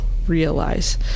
realize